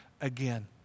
again